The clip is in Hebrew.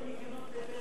יש לו ניקיונות לפסח,